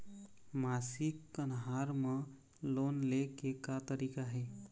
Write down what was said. मासिक कन्हार म लोन ले के का तरीका हे?